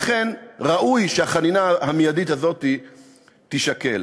לכן, ראוי שהחנינה המיידית הזאת תישקל.